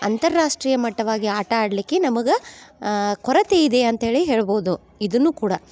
ಅಂತರರಾಷ್ಟ್ರೀಯ ಮಟ್ಟವಾಗಿ ಆಟ ಆಡಲಿಕ್ಕೆ ನಮಗೆ ಕೊರತೆ ಇದೆ ಅಂತ ಹೇಳಿ ಹೇಳ್ಬೋದು ಇದನ್ನೂ ಕೂಡ